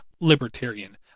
libertarian